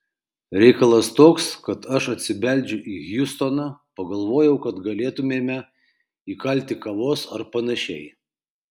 reikalas toks kad aš atsibeldžiu į hjustoną pagalvojau gal galėtumėme įkalti kavos ar panašiai